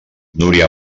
núria